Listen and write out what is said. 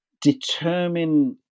determine